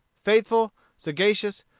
faithful, sagacious,